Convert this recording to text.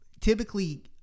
typically